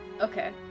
okay